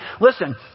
listen